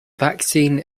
vaccine